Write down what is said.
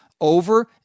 over